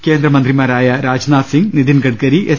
കേന്ദ്രമന്ത്രിമാരായ രാജ്നാഥ്സിംഗ് നിതിൻ ഗഡ്കരി എസ്